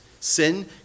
Sin